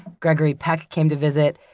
gregory peck came to visit